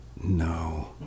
no